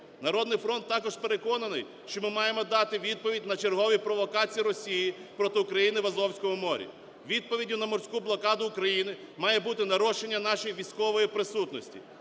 "Народний фронт" також переконаний, що ми маємо дати відповідь на чергові провокації Росії проти України в Азовському морі. Відповіддю на морську блокаду України має бути нарощення нашої військової присутності.